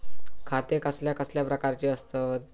खाते कसल्या कसल्या प्रकारची असतत?